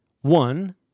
one